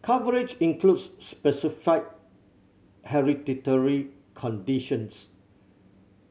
coverage includes specified hereditary conditions